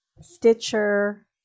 Stitcher